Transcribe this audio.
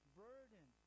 burden